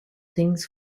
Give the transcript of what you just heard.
things